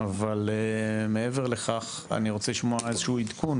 אבל מעבר לכך אני רוצה לשמוע איזשהו עדכון,